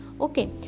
okay